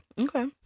Okay